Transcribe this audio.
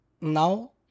now